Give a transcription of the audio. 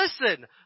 Listen